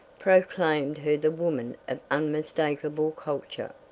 proclaimed her the woman of unmistakable culture.